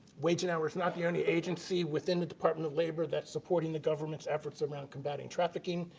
wage and hour is not the only agency within the department of labor that supports the government's efforts around combating trafficking,